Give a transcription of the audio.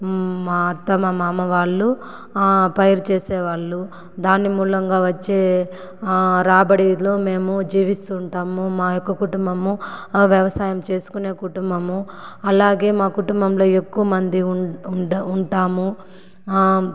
మా అత్త మా మామ వాళ్ళు పైరు చేసే వాళ్ళు దాన్ని మూలంగా వచ్చే రాబడిలో మేము జీవిస్తు ఉంటాము మా యొక్క కుటుంబము వ్యవసాయం చేసుకునే కుటుంబము అలాగే మా కుటుంబంలో ఎక్కువమంది ఉండా ఉంటాము